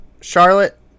Charlotte